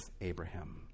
Abraham